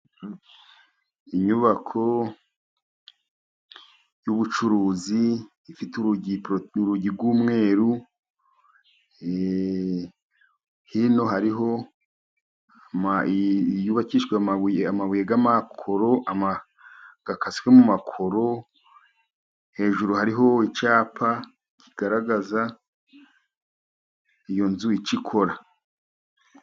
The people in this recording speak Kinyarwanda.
Inyubako y'ubucuruzi, ifite urugi rw'umweru, hino yubakishijwe amabuye y'amakoro，akaswe mu makoro，hejuru hariho icyapa， kigaragaza iyo nzu，icyo ikora.